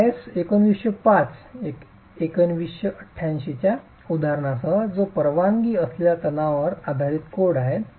तर IS 1905 च्या उदाहरणासह जो परवानगी असलेल्या ताणांवर आधारित कोड आहे